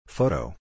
Photo